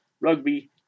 rugby